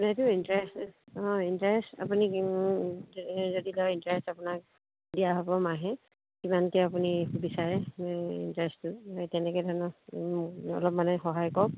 এইটো ইণ্টাৰেষ্ট অঁ ইণ্টাৰেষ্ট আপুনি যদি এইটো কি কয় ইণ্টাৰেষ্ট আপোনাক দিয়া হ'ব মাহে কিমানকৈ আপুনি বিচাৰে এই ইণ্টাৰেষ্টটো এই তেনেকৈ ধৰণৰ অলপ মানে সহায় কৰক